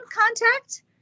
contact